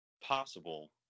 possible